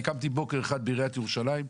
אני קמתי בוקר אחד בעיריית ירושלים,